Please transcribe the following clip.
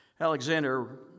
Alexander